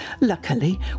luckily